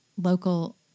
local